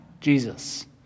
Jesus